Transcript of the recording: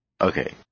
Okay